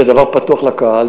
זה דבר פתוח לקהל,